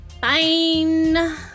Fine